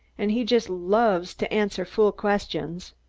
and he just loves to answer fool questions.